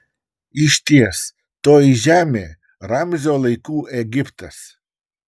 išties toji žemė ramzio laikų egiptas